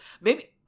Maybe-